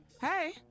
Hey